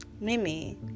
Mimi